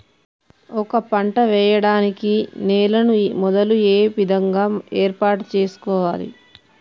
ఒక పంట వెయ్యడానికి నేలను మొదలు ఏ విధంగా ఏర్పాటు చేసుకోవాలి?